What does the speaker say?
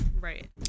right